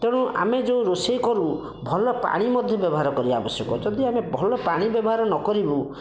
ତେଣୁ ଆମେ ଯେଉଁ ରୋଷେଇ କରୁ ଭଲ ପାଣି ମଧ୍ୟ ବ୍ୟବହାର କରିବା ଆବଶ୍ୟକ ଯଦି ଆମେ ଭଲ ପାଣି ବ୍ୟବହାର ନ କରିବୁ